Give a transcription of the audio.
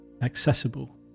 accessible